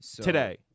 Today